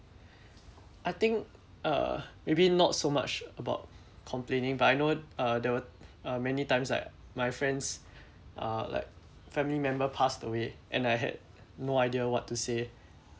I think uh maybe not so much about complaining but I know uh there were uh many times like my friends uh like family member passed away and I had no idea what to say